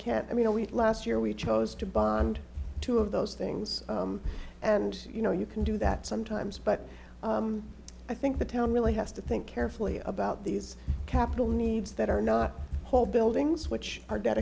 can't i mean we last year we chose to bond two of those things and you know you can do that sometimes but i think the town really has to think carefully about these capital needs that are not whole buildings which are de